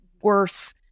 worse